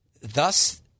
Thus